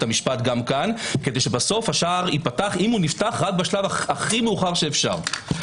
המשפט גם כאן כדי שהשער ייפתח אם נפתח - רק בשלב הכי מאוחר שאפשר.